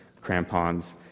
crampons